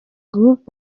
group